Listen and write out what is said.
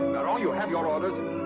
you have your orders!